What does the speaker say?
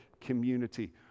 community